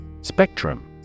Spectrum